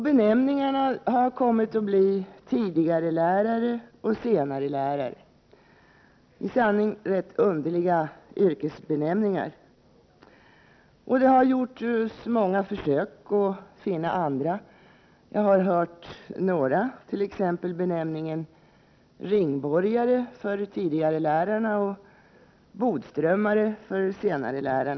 Benämningarna har kommit att bli tidigarelärare och senarelärare, i sanning ganska underliga yrkesbenämningar. Det har gjorts många försök att finna andra benämningar. Jag har hört t.ex. Ringborgare för tidigarelärare och Bodströmare för senarelärare.